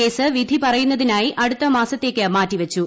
case വിധി പറയുന്നതിനായി അടുത്ത മാസത്തേക്ക് മാറ്റിവച്ചു